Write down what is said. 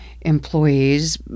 employees